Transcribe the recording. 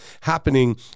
happening